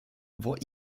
vad